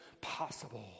possible